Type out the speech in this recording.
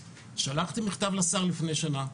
שלחתי מכתב לשר לפני שנה,